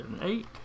Eight